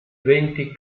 venti